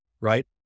Right